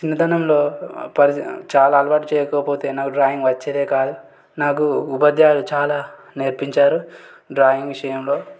చిన్నతనంలో పరిసి చాలా అలవాటు చేయకపోతే నాకు డ్రాయింగ్ వచ్చేదే కాదు నాకు ఉపాధ్యాయులు చాలా నేర్పించారు డ్రాయింగ్ విషయంలో